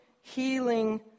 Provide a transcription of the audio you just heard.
healing